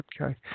okay